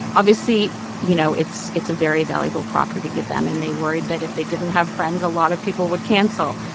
obviously, you know, it's it's a very valuable property to them. and they worried that if they didn't have friends, a lot of people would cancel.